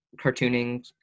cartooning